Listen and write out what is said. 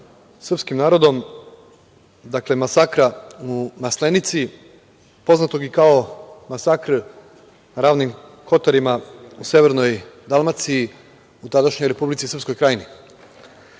srpskim narodom, dakle masakra u Maslenici, poznatog kao i masakr u Ravnim Kotarima u severnoj Dalmaciji, tadašnjoj Republici Srpskoj Krajini.U